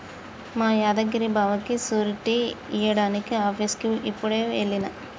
మా యాదగిరి బావకి సూరిటీ ఇయ్యడానికి ఆఫీసుకి యిప్పుడే ఎల్లిన